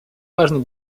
важный